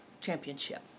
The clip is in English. championship